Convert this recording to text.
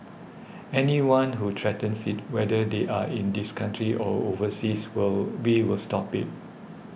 anyone who threatens it whether they are in this country or overseas will be will stop it